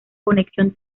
conexión